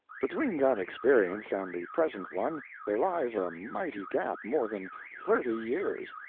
between that experience and the present one there lies a mighty gap more than thirty years!